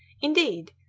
indeed,